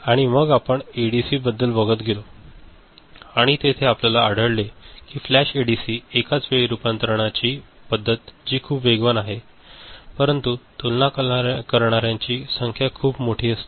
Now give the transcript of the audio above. आणि मग आपण एडीसी बद्दल बघत गेलो आणि तेथे आपल्याला आढळले की फ्लॅश एडीसी एकाचवेळी रूपांतरणाची पद्धत जी खूप वेगवान आहे परंतु तुलना करणार्यांची संख्या खूप मोठी असते